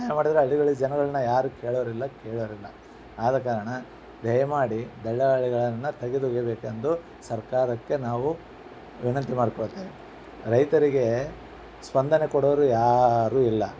ಒತ್ತಾಯ ಮಾಡಿದರೆ ಹಳ್ಳಿಗಳ್ ಜನಗಳನ್ನ ಯಾರು ಕೇಳೋರಿಲ್ಲ ಕೇಳೋರಿಲ್ಲ ಆದ ಕಾರಣ ದಯಮಾಡಿ ದಲ್ಲಾಳಿಗಳನ್ನ ತೆಗೆದೋಗಿಯಬೇಕೆಂದು ಸರ್ಕಾರಕ್ಕೆ ನಾವು ವಿನಂತಿ ಮಾಡಿಕೊಳ್ತೇವೆ ರೈತರಿಗೆ ಸ್ಪಂದನೆ ಕೊಡೋವ್ರು ಯಾರು ಇಲ್ಲ